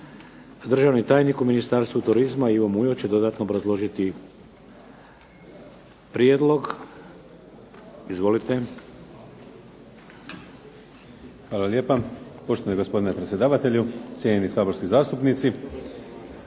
Državni tajnik u Ministarstvu turizma Ivo Mujo će dodatno obrazložiti prijedlog. Izvolite. **Mujo, Ivo** Hvala lijepa. Poštovani gospodine predsjedavatelju, cijenjeni saborski zastupnici.